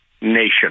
nation